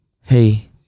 Hey